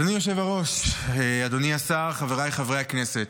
אדוני היושב-ראש, אדוני השר, חבריי חברי הכנסת,